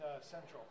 Central